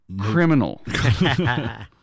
criminal